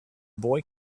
boy